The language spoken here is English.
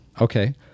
Okay